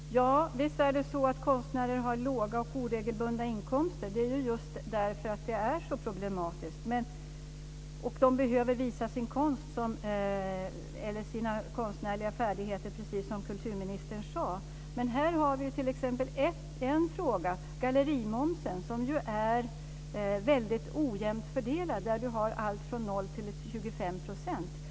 Fru talman! Visst är det så att konstnärer har låga och oregelbundna inkomster. Det är just därför det är så problematiskt. De behöver också visa sina konstnärliga färdigheter, precis om kulturministern sade. Vi har t.ex. frågan om gallerimomsen, som är väldigt ojämnt fördelad. Vi har allt från 0 % till 25 %.